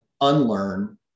unlearn